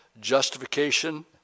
justification